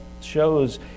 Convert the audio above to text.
shows